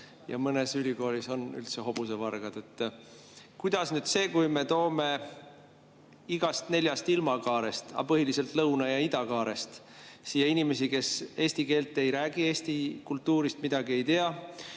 ja mõnes ülikoolis on üldse hobusevargad. Kuidas see, kui me toome igast neljast ilmakaarest, aga põhiliselt lõuna‑ ja idakaarest siia inimesi, kes eesti keelt ei räägi, eesti kultuurist midagi ei tea